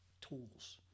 tools